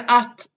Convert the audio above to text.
att